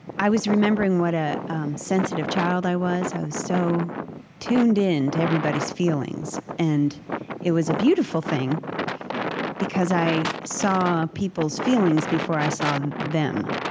i was remembering what a sensitive child i was. i was so tuned in to everybody's feelings. and it was a beautiful thing because i saw people's feelings before i saw them.